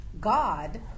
God